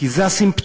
כי זה הסימפטום.